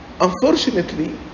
Unfortunately